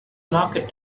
market